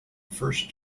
first